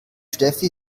steffi